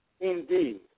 Indeed